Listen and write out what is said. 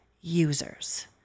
users